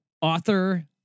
author